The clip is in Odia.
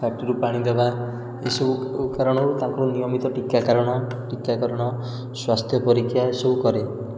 ପାଟିରୁ ପାଣି ଦେବା ଏସବୁ କାରଣରୁ ତାଙ୍କର ନିୟମିତ ଟିକାକରଣ ଟିକାକରଣ ସ୍ୱାସ୍ଥ୍ୟ ପରୀକ୍ଷା ଏସବୁ କରେ